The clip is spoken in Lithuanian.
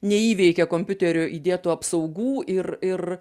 neįveikė kompiuteriu įdėtų apsaugų ir ir